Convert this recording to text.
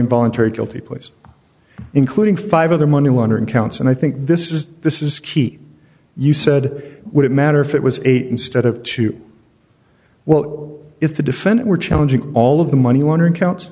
involuntary guilty pleas including five other money laundering counts and i think this is this is key you said would it matter if it was eight instead of two well if the defendant were challenging all of the money laundering counts